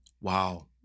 Wow